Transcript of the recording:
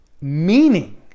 meaning